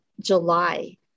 July